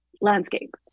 landscape